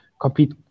compete